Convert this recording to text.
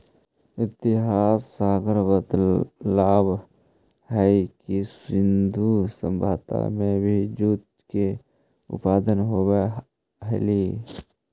इतिहासकार बतलावऽ हई कि सिन्धु सभ्यता में भी जूट के उत्पादन होवऽ हलई